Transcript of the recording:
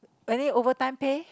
valid overtime pay